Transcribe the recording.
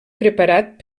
preparat